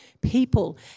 people